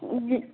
उजित